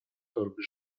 torby